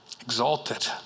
Exalted